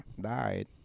died